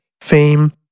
fame